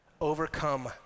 Overcome